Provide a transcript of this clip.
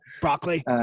Broccoli